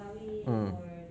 mm